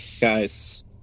guys